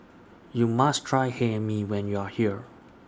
YOU must Try Hae Mee when YOU Are here